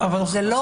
זה לא רק.